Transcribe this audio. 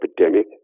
epidemic